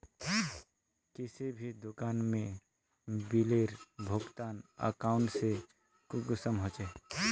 किसी भी दुकान में बिलेर भुगतान अकाउंट से कुंसम होचे?